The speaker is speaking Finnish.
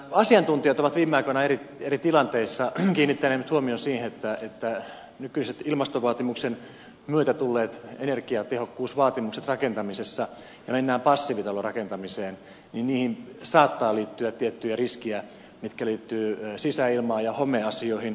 asiantuntijat ovat viime aikoina eri tilanteissa kiinnittäneet huomion siihen että nykyisiin ilmastovaatimuksen myötä tulleisiin energiatehokkuusvaatimuksiin rakentamisessa ja mennään passiivitalorakentamiseen saattaa liittyä tiettyjä riskejä mitkä liittyvät sisäilmaan ja homeasioihin